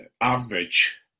average